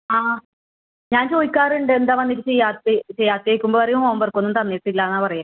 ആ ഞാൻ ചോദിക്കാറുണ്ട് എന്താ വന്നിട്ട് ചെയ്യാത്തത് ചെയ്യാത്തത് ചോദിക്കുമ്പോൾ പറയും ഹോം വർക്ക് ഒന്നും തന്നിട്ട് ഇല്ലായെന്നാ പറയല്